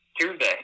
Tuesday